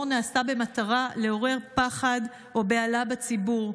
נעשה במטרה לעורר פחד או בהלה בציבור,